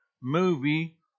movie